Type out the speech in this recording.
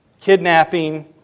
Kidnapping